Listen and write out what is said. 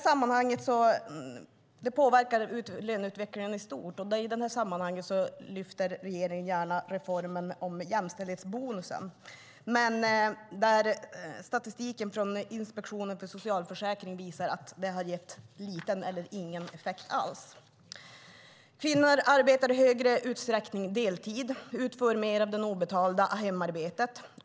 Sådant påverkar löneutvecklingen i stort. I det sammanhanget lyfter regeringen fram reformen om jämställdhetsbonusen. Statistiken från Inspektionen för socialförsäkringen visar att bonusen har gett liten eller ingen effekt alls. Kvinnor arbetar i högre utsträckning deltid och utför mer av det obetalda hemarbetet.